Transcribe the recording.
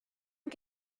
you